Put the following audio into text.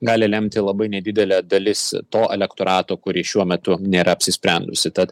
gali lemti labai nedidelė dalis to elektorato kuri šiuo metu nėra apsisprendusi tad